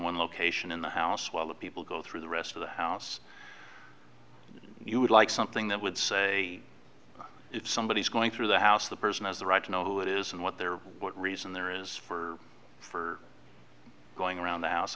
one location in the house while the people go through the rest of the house you would like something that would say if somebody is going through the house the person has the right to know who it is and what their what reason there for is for going around the house